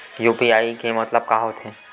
UPI के मतलब का होथे?